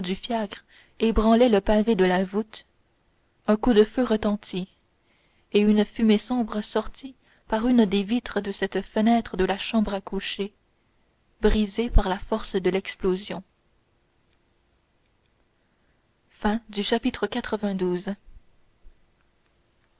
fiacre ébranlaient le pavé de la voûte un coup de feu retentit et une fumée sombre sortit par une des vitres de cette fenêtre de la chambre à coucher brisée par la force de l'explosion